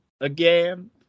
again